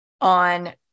on